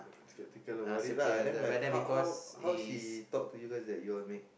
keep thinking about it lah and then like how how how she talk to you guys that yall make